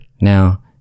Now